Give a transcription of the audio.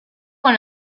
con